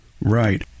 Right